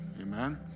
Amen